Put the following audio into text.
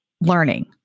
learning